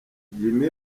jim